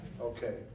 Okay